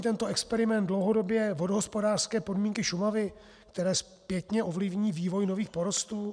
Neovlivní tento experiment dlouhodobě vodohospodářské podmínky Šumavy, které zpětně ovlivní vývoj nových porostů?